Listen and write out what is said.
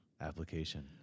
application